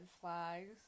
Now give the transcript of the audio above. flags